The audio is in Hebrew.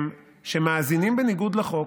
מאזינה בניגוד לחוק,